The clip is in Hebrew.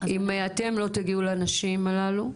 אם אתם לא תגיעו לנשים הללו,